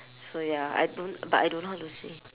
so ya I don't but I don't know how to say